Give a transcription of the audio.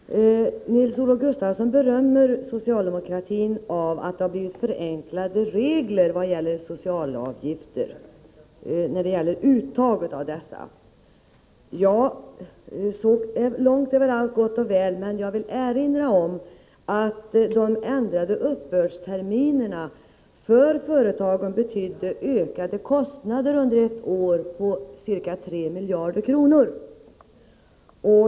Herr talman! Nils-Olof Gustafsson berömmer socialdemokratin när det gäller att vi har fått förenklade regler för uttag av socialavgifter. Ja, så långt är allt gott och väl. Men jag vill erinra om att de ändrade uppbördsterminerna för företagen betyder ökade kostnader under ett år på ca 3 miljarder kronor.